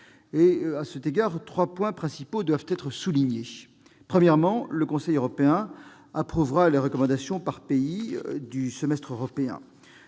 européen, trois points principaux doivent être soulignés. Premièrement, le Conseil européen approuvera les recommandations par pays du semestre européen.